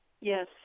Yes